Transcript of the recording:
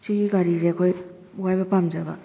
ꯁꯤꯒꯤ ꯒꯥꯔꯤꯁꯦ ꯑꯩꯈꯣꯏ ꯋꯥꯏꯕ ꯄꯥꯝꯖꯕ